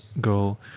go